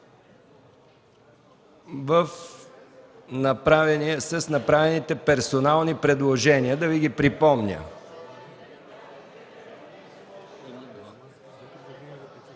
с направените персонални предложения. Ще ги припомня.